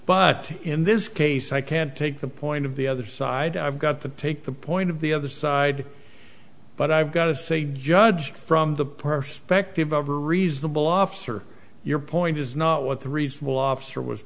but in this case i can't take the point of the other side i've got to take the point of the other side but i've got to say judge from the perspective of a reasonable officer your point is not what the reasonable officer was